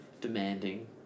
demanding